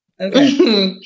Okay